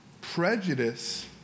prejudice